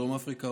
דרום אפריקה,